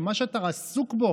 שמה שאתה עסוק בו